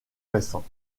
récents